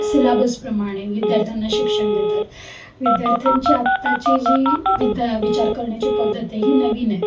सिलॅबसप्रमाणे विद्यार्थ्यांना शिक्षण देतात विद्यार्थ्यांची आताची जी विद्या विचार करण्याची पद्धत आहे ही नवीन आहे